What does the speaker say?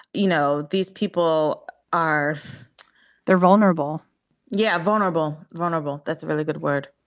you know, these people are they're vulnerable yeah. vulnerable. vulnerable. that's a really good word.